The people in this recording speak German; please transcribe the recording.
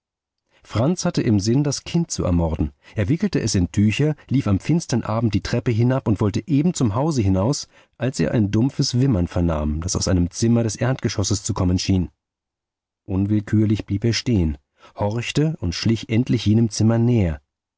franz hatte im sinn das kind zu ermorden er wickelte es in tücher lief am finstern abend die treppe hinab und wollte eben zum hause hinaus als er ein dumpfes wimmern vernahm das aus einem zimmer des erdgeschosses zu kommen schien unwillkürlich blieb er stehen horchte und schlich endlich jenem zimmer näher